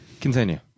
Continue